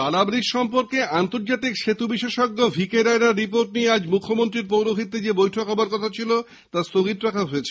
টালা bridge সম্পর্কে আন্তর্জাতিক সেতু বিশেষজ্ঞ ভিকে রায়নার রিপোর্ট নিয়ে আজ মুখ্যমন্ত্রীর পৌরহিত্যে যে বৈঠক হবার কথা ছিল তা স্থগিত রাখা হয়েছে